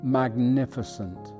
magnificent